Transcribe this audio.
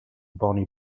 bonnie